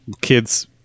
kids